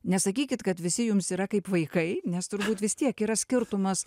nesakykit kad visi jums yra kaip vaikai nes turbūt vis tiek yra skirtumas